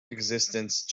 existence